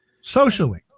socially